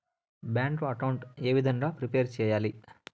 Bank account ఏ విధంగా prepare సెయ్యాలి?